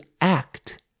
act